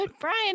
Brian